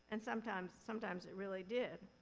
and sometimes, sometimes it really did.